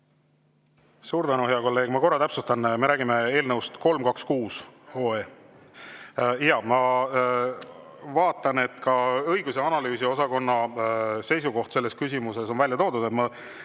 Suur tänu, hea kolleeg! Ma korra täpsustan, kas me räägime eelnõust 326? Jaa, ma vaatan, et ka õigus- ja analüüsiosakonna seisukoht selles küsimuses on välja toodud. Ma